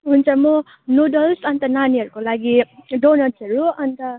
हुन्छ म नुडल्स अन्त नानीहरूको लागि डोनट्सहरू अन्त